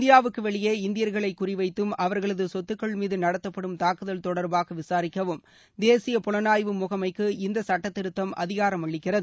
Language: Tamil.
இந்தியாவுக்கு வெளியே இந்தியர்களை குறிவைத்தும் அவர்களது சொத்துக்கள் மீது நடத்தப்படும் தாக்குதல் தொடர்பாக விசாரிக்கவும் தேசிய புலனாய்வு முகமைக்கு இந்த சுட்டத்திருத்தம் அதிகாரம் அளிக்கிறது